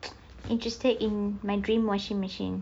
interested in my dream washing machine